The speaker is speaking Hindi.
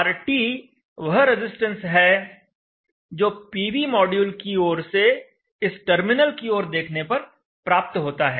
RT वह रजिस्टेंस है जो पीवी मॉड्यूल की ओर से इस टर्मिनल की ओर देखने पर प्राप्त होता है